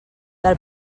del